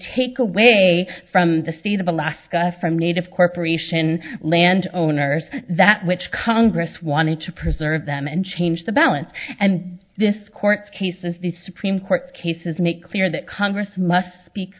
take away from the state of alaska from native corporation land owners that which congress wanted to preserve them and change the balance and this court case and the supreme court cases make clear that congress must speak